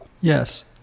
yes